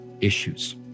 issues